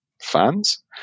fans